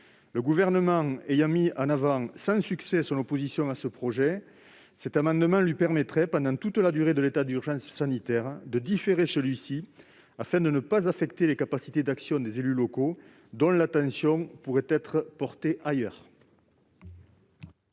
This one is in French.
Le Gouvernement ayant mis en avant, sans succès, son opposition à ce projet, il pourrait, grâce à cet amendement, pendant toute la durée de l'état d'urgence sanitaire, différer celui-ci afin de ne pas affecter les capacités d'action des élus locaux, dont l'attention pourrait être portée ailleurs.